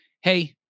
hey